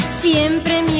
Siempre